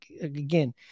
again